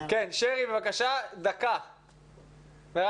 שרי גרינשפון, בבקשה, דקה לרשותך.